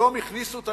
פתאום הכניסו את